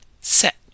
set